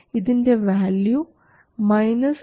ഇതിൻറെ value minus gm vGS ആണ്